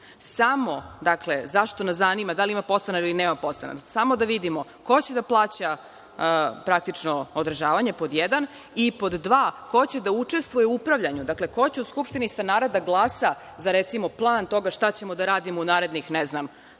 Samo, dakle, zašto nas zanima da li ima podstanara ili nema podstanara, samo da vidimo ko će da plaća praktično održavanje pod jedan, i pod dva ko će da učestvuje u upravljanju. Dakle, ko će u skupštini stanara da glasa za, recimo, plan toga šta ćemo da radimo u narednih, ne znam,